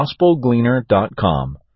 GospelGleaner.com